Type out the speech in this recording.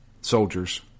soldiers